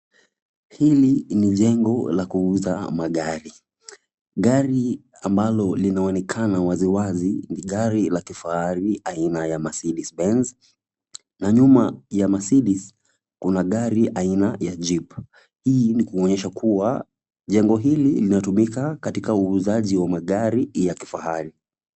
Hili ni jengo la kuuza magari. Gari ambalo linaonekana waziwazi ni gari la kifahari aina ya Mercedes Benz na nyuma ya Mercedes kuna gari aina ya Jeep, hii ni kuonyesha kuwa jengo hili linatumika katika uuzaji wa magari ya kifahari.